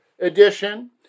edition